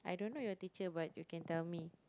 I don't knwo your teacher but you can tell me